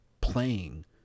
playing